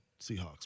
Seahawks